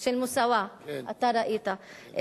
של "מוסאוא" אתה ראית?